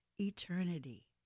eternity